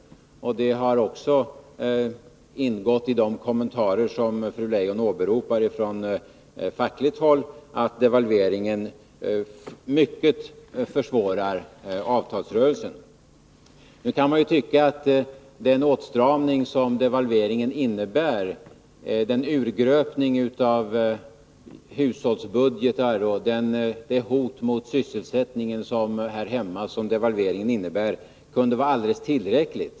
Även i de kommentarer från fackligt håll som fru Leijon åberopar har ingått att devalveringen mycket försvårar avtalsrörelsen. Nu kan man tycka att den åtstramning, den urgröpning av hushållsbudgeterna och det hot mot sysselsättningen här hemma som devalveringen innebär kunde vara alldeles tillräckligt.